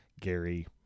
Gary